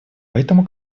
поэтому